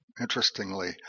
interestingly